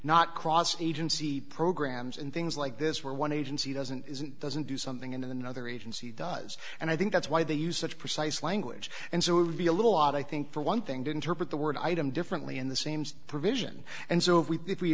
not cross agency programs and things like this where one agency doesn't isn't doesn't do something and another agency does and i think that's why they use such precise language and so it would be a little odd i think for one thing to interpret the word item differently in the seams provision and so if we if we